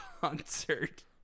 concert